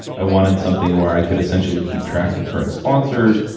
i wanted something where i could essentially keep track of current sponsors.